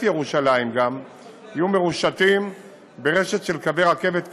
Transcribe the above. ירושלים יהיו מרושתים ברשת של קווי רכבת קלה,